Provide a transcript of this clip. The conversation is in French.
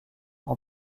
ont